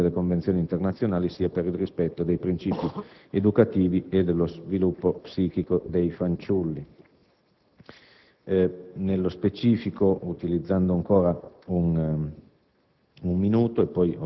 sia sotto il profilo delle leggi e delle convenzioni internazionali, sia per il rispetto dei princìpi educativi e dello sviluppo psichico dei fanciulli. Nello specifico (utilizzando ancora un